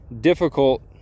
difficult